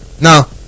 now